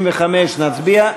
נצביע?